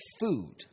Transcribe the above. food